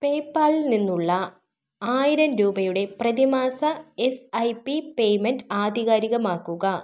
പേയ്പാലിൽ നിന്നുള്ള ആയിരം രൂപയുടെ പ്രതിമാസ എസ് ഐ പി പേയ്മെൻറ് ആധികാരികമാക്കുക